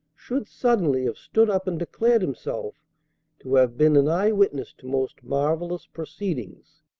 should suddenly have stood up and declared himself to have been an eye-witness to most marvellous proceedings.